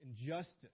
injustice